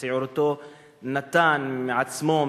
שבצעירותו נתן מעצמו,